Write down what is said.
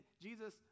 Jesus